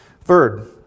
Third